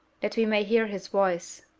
that we may hear his voice.